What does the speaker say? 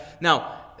Now